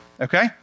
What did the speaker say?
okay